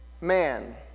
man